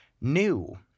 new